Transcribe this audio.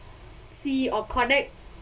see or connect